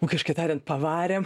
ūkiškai tariant pavarėm